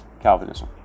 Calvinism